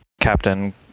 Captain